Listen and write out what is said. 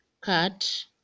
cut